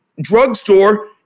drugstore